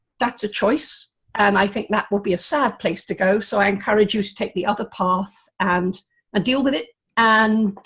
that's a choice and i think that would be a sad place to go, so i encourage you to take the other path, and deal with it and